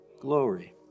glory